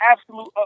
absolute